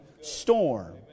storm